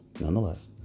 nonetheless